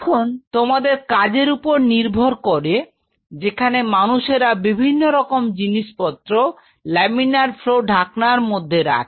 এখন তোমাদের কাজের উপর নির্ভর করে যেখানে মানুষরা বিভিন্ন রকম জিনিসপত্র লামিনার ফ্লও ঢাকনার মধ্যে রাখে